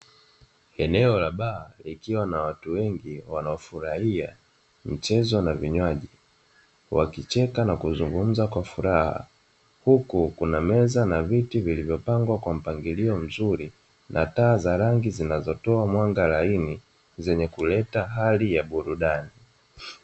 Eneo la baa likiwa na watu wengi, wanaofurahia michezo na vinywaji, wakicheka na kuzungumza kwa furaha, huku kuna meza na viti vilivyopangwa kwa mpangilio mzuri, na taa za rangi zinazotoa mwanga laini, zenye kuleta hali ya burudani.